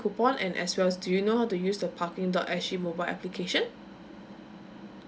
coupon and as well do you know how to use the parking dot S G mobile application